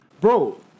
Bro